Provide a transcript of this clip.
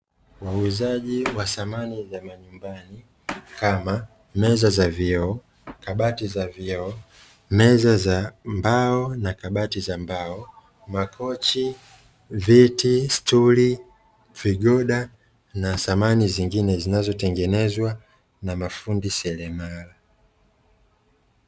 Wauzaji wa samani za Majumbani kama Meza za vioo, Kabati za vioo, Meza za mbao na Kabati za mbao, Makochi, Viti, Stuli, Vigoda na samani zingine zinazo tengenezwa na mafundi selemala.